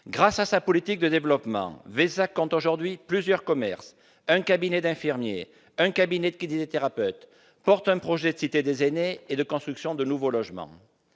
Grâce à sa politique de développement, Vézac compte aujourd'hui plusieurs commerces, un cabinet d'infirmiers, un cabinet de kinésithérapeutes, et porte un projet de cité des aînés et de construction de nouveaux logements.